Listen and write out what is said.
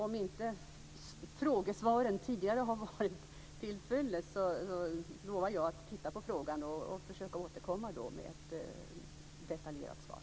Om frågesvaren tidigare inte varit tillfyllest lovar jag att titta närmare på frågan och att försöka återkomma med ett detaljerat svar.